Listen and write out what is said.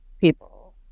people